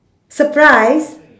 surprise